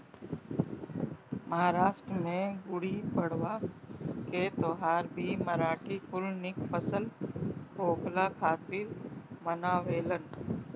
महाराष्ट्र में गुड़ीपड़वा के त्यौहार भी मराठी कुल निक फसल होखला खातिर मनावेलन